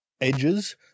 edges